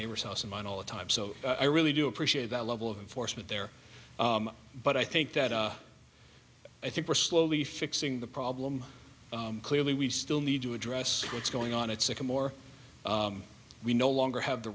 neighbor's house i'm on all the time so i really do appreciate that level of force but there but i think that i think we're slowly fixing the problem clearly we still need to address what's going on at sycamore we no longer have the